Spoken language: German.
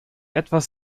etwas